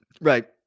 Right